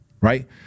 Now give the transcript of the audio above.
right